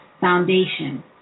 foundation